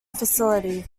facility